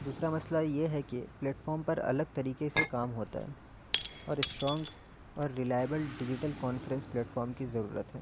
دوسرا مسئلہ یہ ہے کہ پلیٹفارم پر الگ طریقے سے کام ہوتا ہے اور اسٹرانگ اور ریلائیبل ڈیجیٹل کانفرنس پلیٹفارم کی ضرورت ہے